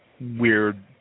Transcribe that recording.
weird